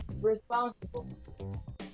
responsible